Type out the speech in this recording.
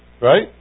Right